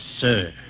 sir